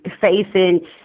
facing